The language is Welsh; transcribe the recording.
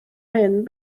hyn